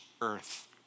earth